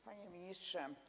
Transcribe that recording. Panie Ministrze!